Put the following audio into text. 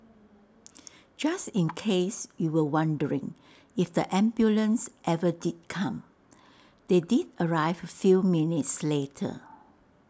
just in case you were wondering if the ambulance ever did come they did arrive A few minutes later